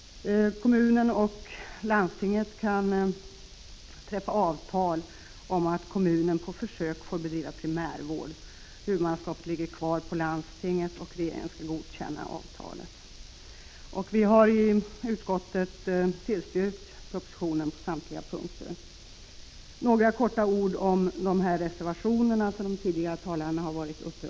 Kommunen och landstinget skall kunna träffa avtal om att kommunen på försök får bedriva primärvård. Huvudmannaskapet skall ligga kvar på landstinget, och regeringen skall godkänna avtalet. Utskottsmajoriteten har tillstyrkt propositionen på samtliga punkter. Jag skall kortfattat beröra de reservationer som tidigare talare har tagit upp.